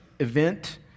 Event